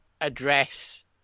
address